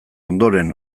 ondoren